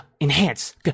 Enhance